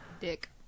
Dick